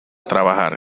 trabajar